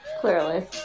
Clearly